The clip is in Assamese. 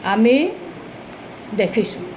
আমি দেখিছোঁ